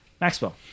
Maxwell